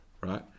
right